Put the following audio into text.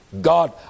God